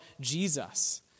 Jesus